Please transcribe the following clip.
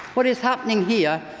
what is happening here,